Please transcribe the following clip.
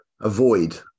avoid